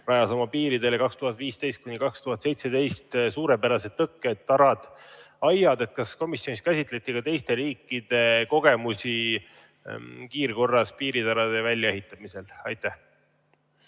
rajas oma piiridele 2015–2017 suurepärased tõkked, tarad, aiad. Kas komisjonis käsitleti ka teiste riikide kogemusi kiirkorras piiritarade väljaehitamisel?